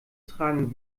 tragen